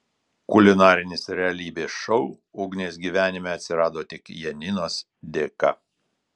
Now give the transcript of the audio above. kulinarinis realybės šou ugnės gyvenime atsirado tik janinos dėka